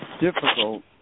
difficult